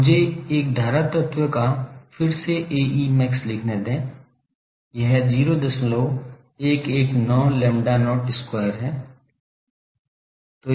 तो मुझे एक धारा तत्व का फिर से Ae max लिखने दें यह 0119 lambda not square है